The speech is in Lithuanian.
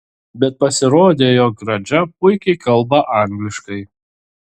bet pasirodė jog radža puikiai kalba angliškai